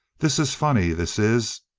this is funny, this is.